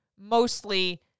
mostly